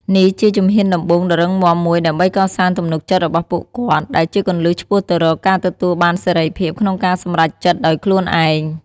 នេះជាជំហានដំបូងដ៏រឹងមាំមួយដើម្បីកសាងទំនុកចិត្តរបស់ពួកគាត់ ដែលជាគន្លឹះឆ្ពោះទៅរកការទទួលបានសេរីភាពក្នុងការសម្រេចចិត្តដោយខ្លួនឯង។